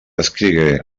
escrigué